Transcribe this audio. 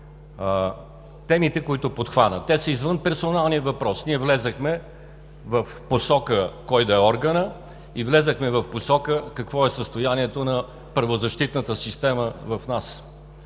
темите, които подхвана. Те са извън персоналния въпрос. Ние влязохме в посока кой да е органът и в посока какво е състоянието на правозащитната система у нас.